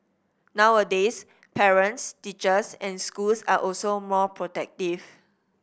nowadays parents teachers and schools are also more protective